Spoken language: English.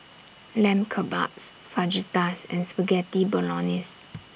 Lamb Kebabs Fajitas and Spaghetti Bolognese